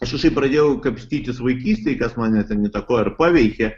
aš pradėjau kapstytis vaikystėj kas mane ten įtakojo ar paveikė